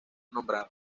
nombrado